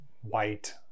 white